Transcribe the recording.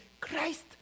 Christ